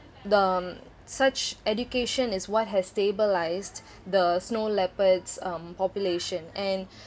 the such education is what has stabilised the snow leopards um population and